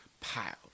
piled